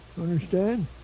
Understand